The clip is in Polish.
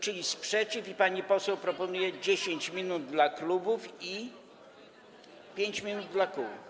Czyli jest sprzeciw i pani poseł proponuje 10 minut dla klubów i 5 minut dla kół.